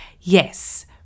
Yes